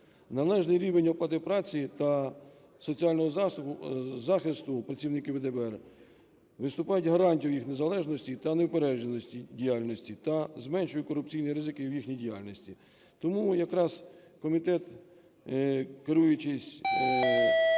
Належний рівень оплати праці та соціального захисту працівників ДБР виступають гарантією їх незалежності та неупередженості діяльності та зменшують корупційні ризики в їхній діяльності. Тому якраз комітет, керуючись